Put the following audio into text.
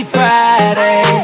Friday